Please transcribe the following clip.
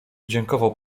dziękował